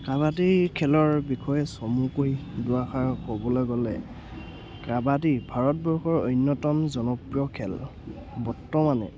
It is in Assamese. কাবাডী খেলৰ বিষয়ে চমুকৈ দুআষাৰ ক'বলৈ গ'লে কাবাডী ভাৰতবৰ্ষৰ অন্যতম জনপ্ৰিয় খেল বৰ্তমানে